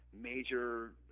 major